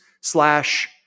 slash